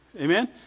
Amen